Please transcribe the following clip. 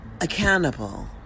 accountable